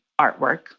artwork